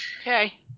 Okay